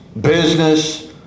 business